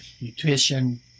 nutrition